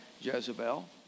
Jezebel